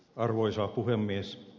arvoisa puhemies